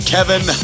Kevin